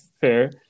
Fair